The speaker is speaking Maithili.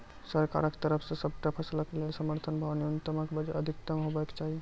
सरकारक तरफ सॅ सबटा फसलक लेल समर्थन भाव न्यूनतमक बजाय अधिकतम हेवाक चाही?